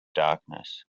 darkness